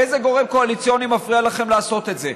איזה גורם קואליציוני מפריע לכם לעשות את זה?